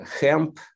hemp